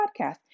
podcast